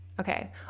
Okay